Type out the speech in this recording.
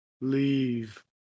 leave